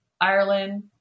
Ireland